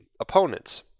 opponents